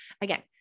again